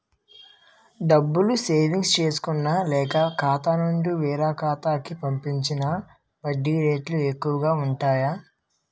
డబ్బులు సేవింగ్స్ చేసుకున్న లేక, ఒక ఖాతా నుండి వేరొక ఖాతా కి పంపించిన వడ్డీ రేట్లు ఎక్కువు గా ఉంటాయి